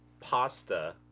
pasta